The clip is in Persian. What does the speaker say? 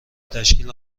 تشکیل